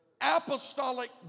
Apostolic